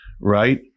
right